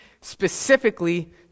specifically